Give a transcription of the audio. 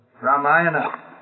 Ramayana